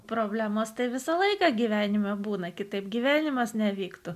problema visą laiką gyvenime būna kitaip gyvenimas nevyktų